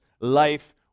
life